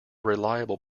reliable